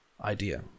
idea